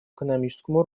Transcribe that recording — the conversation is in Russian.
экономическому